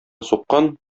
суккан